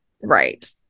right